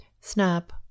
snap